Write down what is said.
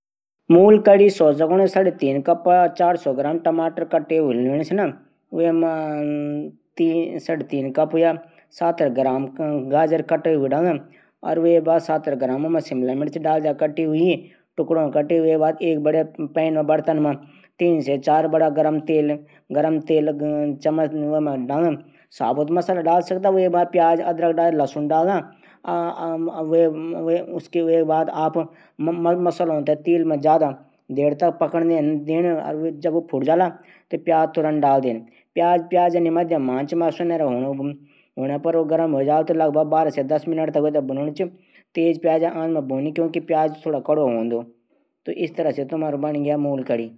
चिकन पकाणू सबसे पहले छुट्टा छुट्टा टुकडा काटी द्या। फिर पाणि मा धवे द्या। फिर प्रेसर कुकुर मा तेल टमाटर प्याज लहसुन की ग्रेवी बणा। फिर वां मा चिकन पीस डाली द्या। फिर खूब खरोली द्या। फिर चार पांच सीटी बजण द्या। फिर पकण खुसुबू आणि द्या। फिर पक् ग्या चिकन।